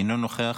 אינו נוכח.